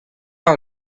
ran